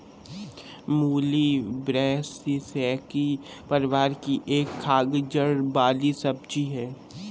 मूली ब्रैसिसेकी परिवार की एक खाद्य जड़ वाली सब्जी है